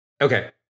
okay